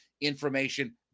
information